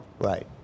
Right